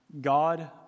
God